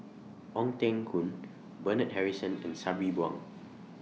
Ong Teng Koon Bernard Harrison and Sabri Buang